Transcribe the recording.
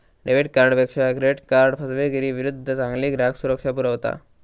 debit कार्डपेक्षा credit card फसवेगिरीविरुद्ध चांगली ग्राहक सुरक्षा पुरवता